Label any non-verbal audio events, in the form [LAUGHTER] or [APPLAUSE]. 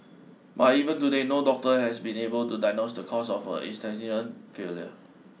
but even today no doctor has been able to diagnose the cause of her [UNINTELLIGIBLE] failure